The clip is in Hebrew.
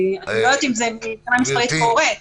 אני לא יודעת אם זה קורה מבחינה מספרית,